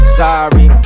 sorry